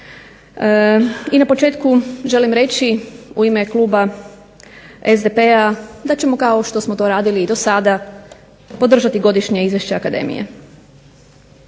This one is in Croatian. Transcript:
I na početku želim reći u ime Kluba SDP-a da ćemo kao što smo to radili do sada podržati godišnje Izvješće Akademije.